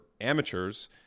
amateurs